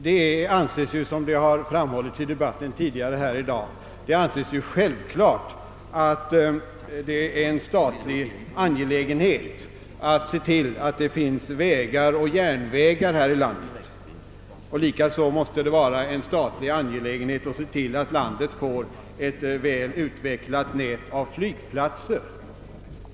Såsom framhållits i debatten tidigare här i dag anses det självklart att det är en statlig angelägenhet att se till att det finns vägar och järnvägar här i landet. Likaså måste det vara en statlig angelägenhet att se till att landet får ett väl utvecklat nät av flygplatser.